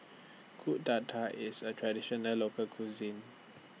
Kuih Dadar IS A Traditional Local Cuisine